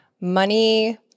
money